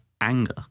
anger